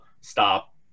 stop